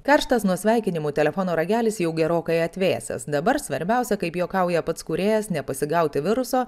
karštas nuo sveikinimų telefono ragelis jau gerokai atvėsęs dabar svarbiausia kaip juokauja pats kūrėjas nepasigauti viruso